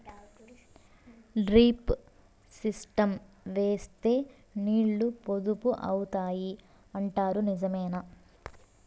Drip system వేస్తే నీళ్లు పొదుపు అవుతాయి అంటారు నిజమేనా?